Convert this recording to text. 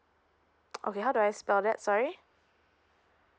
okay how do I spell that sorry